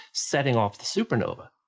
setting off the supernova.